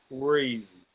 crazy